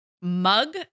mug